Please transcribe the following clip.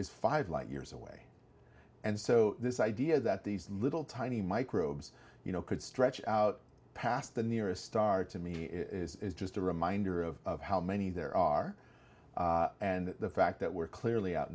is five light years away and so this idea that these little tiny microbes you know could stretch out past the nearest star to me is just a reminder of how many there are and the fact that we're clearly out